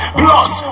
plus